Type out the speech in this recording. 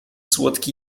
słodki